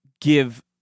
give